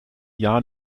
jahr